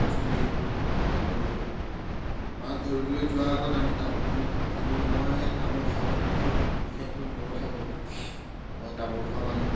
প্ৰস্তুতি কৰোঁ মাছ ধৰিবলৈ যোৱা আগত আমি তাম আমি আমি মই তামোল খাওঁ বিশেষ বিশেষকৈ মোৰ কথা ক'লোঁ মই তামোল খোৱা মানুহ